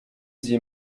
sie